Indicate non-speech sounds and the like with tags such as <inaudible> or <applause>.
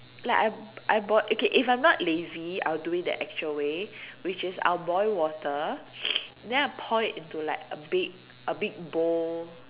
like I b~ I boil okay if I'm not lazy I'll do it the actual way which is I'll boil water <noise> then I pour it into like a big a big bowl